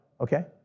Okay